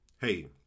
Hey